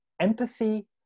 empathy